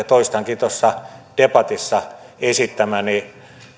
toistankin tuossa debatissa esittämäni